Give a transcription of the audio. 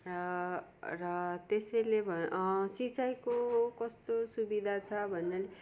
र र त्भयसैलेन् सिँचाइको कस्तो सुविधा छ भन्नाले